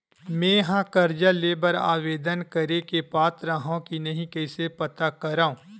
मेंहा कर्जा ले बर आवेदन करे के पात्र हव की नहीं कइसे पता करव?